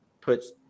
puts